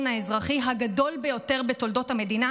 האזרחי הגדול ביותר בתולדות המדינה